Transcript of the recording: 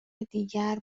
دیگر